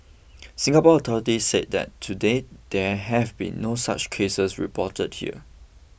Singapore authorities said that to date there have been no such cases reported here